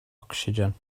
ocsigen